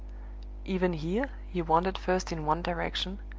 even here, he wandered first in one direction,